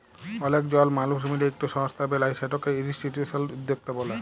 অলেক জল মালুস মিলে ইকট সংস্থা বেলায় সেটকে ইনিসটিটিউসলাল উদ্যকতা ব্যলে